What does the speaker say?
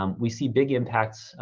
um we see big impacts,